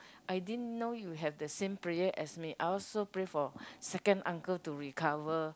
I didn't know you have the same prayer as me I also prayed for second uncle to recover